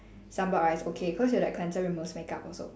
sunblock right is okay cause your that cleanser removes makeup also